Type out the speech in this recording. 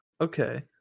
okay